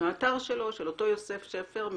של אותו יוסף שפר,